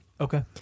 Okay